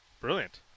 Brilliant